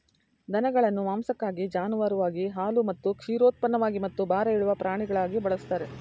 ದನಗಳನ್ನು ಮಾಂಸಕ್ಕಾಗಿ ಜಾನುವಾರುವಾಗಿ ಹಾಲು ಮತ್ತು ಕ್ಷೀರೋತ್ಪನ್ನಕ್ಕಾಗಿ ಮತ್ತು ಭಾರ ಎಳೆಯುವ ಪ್ರಾಣಿಗಳಾಗಿ ಬಳಸ್ತಾರೆ